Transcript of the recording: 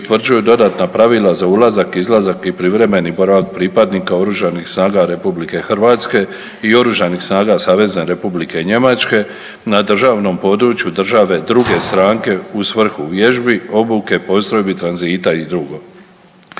utvrđuju dodatna pravila za ulazak, izlazak i privremeni boravak pripadnika OSRH-a i OS-a SR Njemačke na državnom području države druge stranke u svrhu vježbi, obuke, postrojbe tranzita i dr.